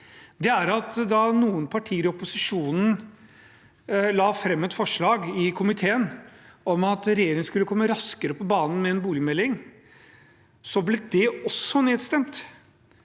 da noen partier i opposisjonen la fram et forslag i komiteen om at regjeringen skulle komme raskere på banen med en boligmelding, ble det også nedstemt,